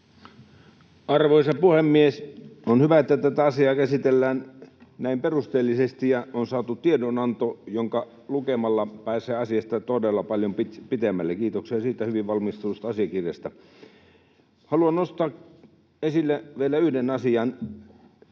Arvoisa puhemies! On hyvä, että tätä asiaa käsitellään näin perusteellisesti ja on saatu tiedonanto, jonka lukemalla pääsee asiassa todella paljon pitemmälle. Kiitoksia siitä hyvin valmistellusta asiakirjasta. Haluan nostaa esille vielä yhden asian.